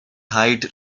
height